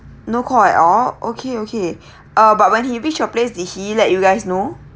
no call at all okay okay uh but when he reached your place did he let you guys know